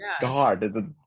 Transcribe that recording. god